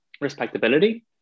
respectability